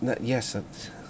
Yes